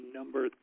Number